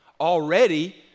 Already